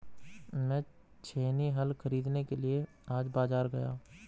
मैं छेनी हल खरीदने के लिए आज बाजार गया